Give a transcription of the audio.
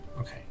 Okay